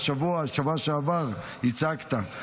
השבוע, בשבוע שעבר, הצגת.